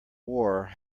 war